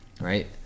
Right